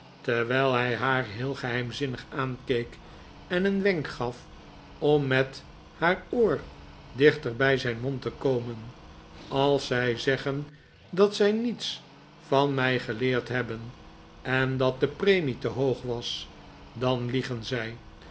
terwijl hij haar heel geheimzinnig aankeek en een wenk gaf ora met haar oor dichter bij zijn mond te komen als zij zeggen dat zij niets van mij geleerd hebben en dat de premie te hoog was dan liegen zij